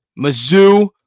Mizzou